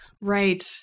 right